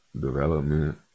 development